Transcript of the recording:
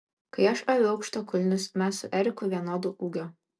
kai aš aviu aukštakulnius mes su eriku vienodo ūgio